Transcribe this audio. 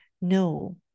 No